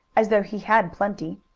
as though he had plenty.